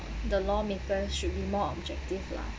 the lawmakers should be more objective lah